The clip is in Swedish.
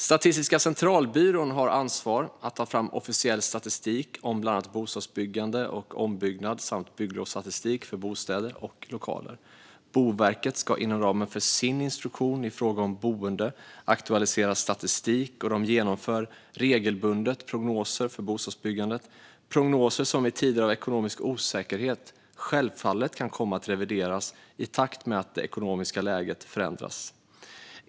Statistiska centralbyrån har ansvar för att ta fram officiell statistik om bland annat bostadsbyggande och ombyggnad samt bygglovsstatistik för bostäder och lokaler. Boverket ska inom ramen för sin instruktion i fråga om boende aktualisera statistik, och de genomför regelbundet prognoser för bostadsbyggandet. Dessa prognoser kan i tider av ekonomisk osäkerhet självfallet komma att revideras i takt med att det ekonomiska läget förändras.